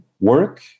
work